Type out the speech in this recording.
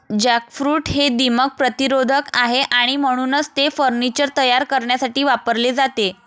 jackfruit हे दीमक प्रतिरोधक आहे आणि म्हणूनच ते फर्निचर तयार करण्यासाठी वापरले जाते